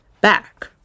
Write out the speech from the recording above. back